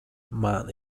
man